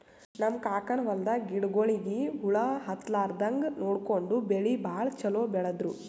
ನಮ್ ಕಾಕನ್ ಹೊಲದಾಗ ಗಿಡಗೋಳಿಗಿ ಹುಳ ಹತ್ತಲಾರದಂಗ್ ನೋಡ್ಕೊಂಡು ಬೆಳಿ ಭಾಳ್ ಛಲೋ ಬೆಳದ್ರು